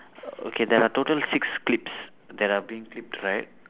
okay there are total six clips that are being clipped right